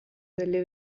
delle